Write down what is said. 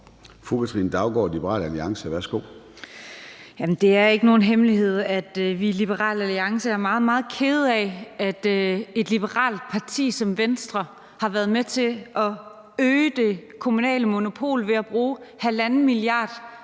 Fru Katrine Daugaard, Liberal Alliance. Værsgo. Kl. 11:13 Katrine Daugaard (LA): Det er ikke nogen hemmelighed, at vi i Liberal Alliance er meget, meget kede af, at et liberalt parti som Venstre har været med til at øge det kommunale monopol ved at bruge 1,5 mia.